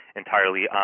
entirely